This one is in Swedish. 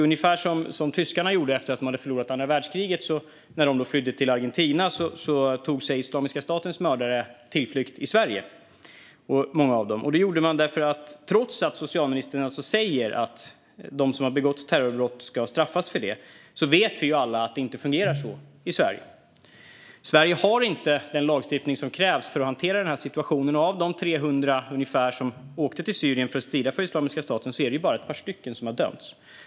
Ungefär som tyskarna gjorde efter att de hade förlorat andra världskriget, nämligen flydde till Argentina, tog många av Islamiska statens mördare sin tillflykt till Sverige. Trots att socialministern säger att de som har begått terrorbrott ska straffas för det vet vi alla att det inte fungerar så i Sverige. Sverige har inte den lagstiftning som krävs för att hantera situationen. Av de ungefär 300 som åkte till Syrien för att strida för Islamiska staten är det bara ett par stycken som har dömts.